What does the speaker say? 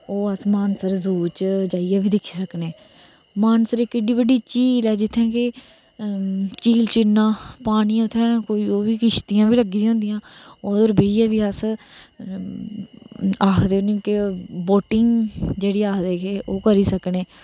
ओह् अस मानसर जू च बी जाइयै दिक्खी सकने आं मानसर इक एड्डी बड्डी झील ऐ जित्थै के झील च इन्ना पानी उत्थै किश्तियां बी लग्गी दियां होंदियां ओहदे च बेहियै बी अस आखदे न कि बोटिंग बी अस करी सकने